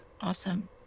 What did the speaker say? Awesome